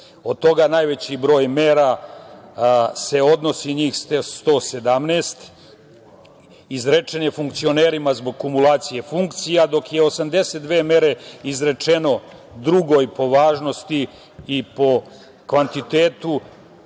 Od toga najveći broj mera se odnosi, njih 117 izrečene funkcionerima zbog komulacije funkcija, dok su 82 mere izrečene, drugoj po važnosti i po kvantitetu,